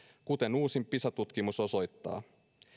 kuten uusin pisa tutkimus osoittaa